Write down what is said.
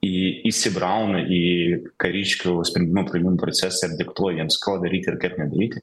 į įsibrauna į kariškių sprendimo priėmimo procesą ir diktuoja jiems ko daryti ir kaip nedaryti